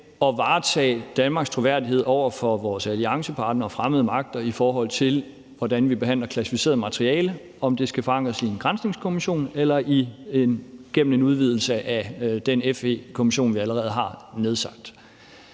at varetage Danmarks troværdighed over for vores alliancepartnere og fremmede magter, når vi behandler klassificeret materiale, om det skal forankres i en granskningskommission eller gennem en udvidelse af den FE-kommission, vi allerede har nedsat.